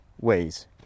ways